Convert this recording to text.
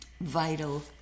vital